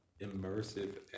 immersive